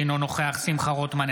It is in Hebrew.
אינו נוכח שמחה רוטמן,